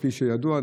כפי שידוע,